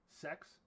sex